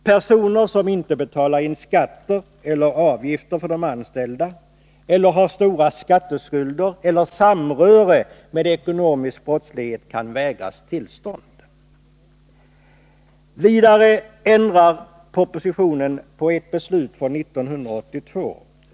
Personer som inte betalar in skatter eller avgifter för de anställda eller har stora skatteskulder eller samröre med ekonomisk brottslighet kan vägras tillstånd. Vidare ändrar propositionen ett beslut från 1982.